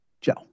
Joe